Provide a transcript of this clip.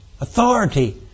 Authority